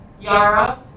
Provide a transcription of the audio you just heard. Yara